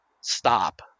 stop